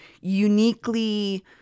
uniquely